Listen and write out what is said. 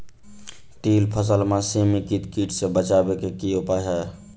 तिल फसल म समेकित कीट सँ बचाबै केँ की उपाय हय?